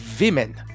women